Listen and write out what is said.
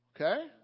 Okay